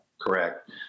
Correct